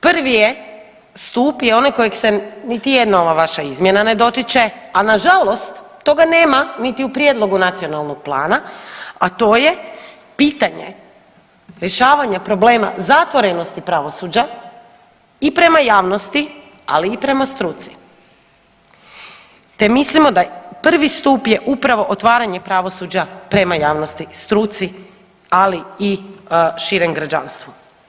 Prvi je stup je onaj kojeg se niti jedna ova vaša izmjena ne dotiče, a nažalost toga nema niti u prijedlogu nacionalnog plana, a to je pitanje rješavanja problema zatvorenosti pravosuđa i prema javnosti, ali i prema struci, te mislimo da prvi stup je upravo otvaranje pravosuđa prema javnosti, struci, ali i širem građanstvu.